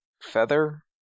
feather